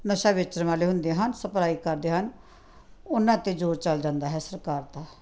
ਨਸ਼ਾ ਵੇਚਣ ਵਾਲੇ ਹੁੰਦੇ ਹਨ ਸਪਲਾਈ ਕਰਦੇ ਹਨ ਉਹਨਾਂ 'ਤੇ ਜੋਰ ਚਲ ਜਾਂਦਾ ਹੈ ਸਰਕਾਰ ਦਾ